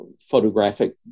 photographic